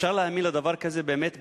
אפשר להאמין לדבר כזה, באמת?